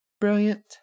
brilliant